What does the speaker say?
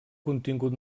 contingut